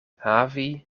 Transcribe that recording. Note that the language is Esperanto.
havi